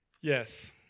Yes